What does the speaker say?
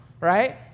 right